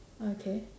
okay